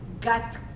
got